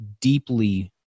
deeply